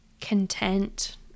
content